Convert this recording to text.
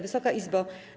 Wysoka Izbo!